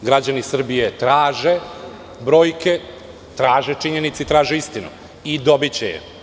Građani Srbije traže brojke, traže činjenice i traže istinu i dobiće je.